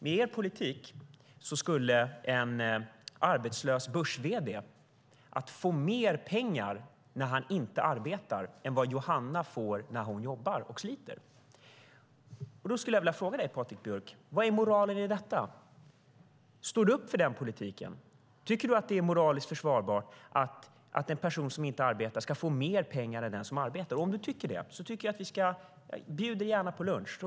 Med er politik skulle en arbetslös börs-vd få mer pengar när han inte arbetar än vad Johanna får när hon jobbar och sliter. Jag skulle vilja ställa en fråga till dig, Patrik Björck. Vad är moralen i detta? Står du upp för den politiken? Tycker du att det är moraliskt försvarbart att en person som inte arbetar ska få mer pengar än den som arbetar? Om du tycker det bjuder jag dig gärna på lunch.